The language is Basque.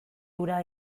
hura